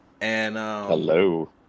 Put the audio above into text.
Hello